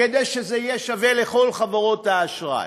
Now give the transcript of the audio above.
כדי שזה יהיה שווה לכל חברות האשראי.